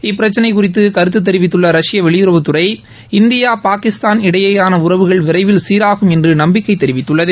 இப்பிரச்சினை குறித்து கருத்து தெரிவித்துள்ள ரஷ்ப வெளியுறவுத்துறை இந்தியா பாகிஸ்தான் இடையேயான உறவுகள் விரைவில் சீராகும் என்று நம்பிக்கை தெரிவித்துள்ளது